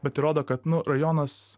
bet įrodo kad rajonas